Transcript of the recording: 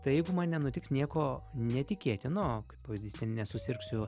tai jeigu man nenutiks nieko netikėtino kaip pavyzdys ten nesusirgsiu